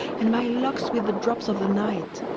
and my locks with the drops of the night.